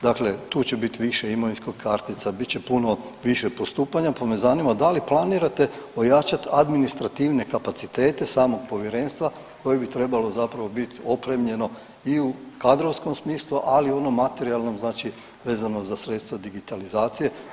Dakle, tu će biti više imovinskih kartica, bit će puno više postupanja pa me zanima da li planirate ojačati administrativne kapacitete samog povjerenstva koje bi trebalo zapravo biti opremljeno i u kadrovskom smislu, ali i u onom materijalnom znači vezano za sredstva digitalizacije.